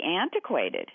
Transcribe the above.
antiquated